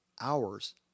hours